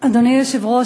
אדוני היושב-ראש,